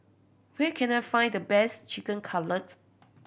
where can I find the best Chicken Cutlet